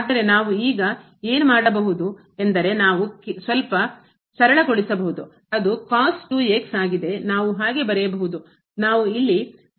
ಆದರೆ ನಾವು ಈಗ ಏನು ಮಾಡಬಹುದು ಎಂದರೆ ನಾವು ಸ್ವಲ್ಪ ಸರಳಗೊಳಿಸಬಹುದು ಅದು ನಾವು ಹಾಗೆ ಬರೆಯಬಹುದು ನಾವು ಇಲ್ಲಿ ಪ್ರಯತ್ನಿಸೋಣ